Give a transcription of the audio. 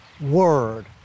word